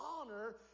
honor